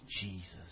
Jesus